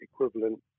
equivalent